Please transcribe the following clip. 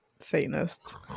Satanists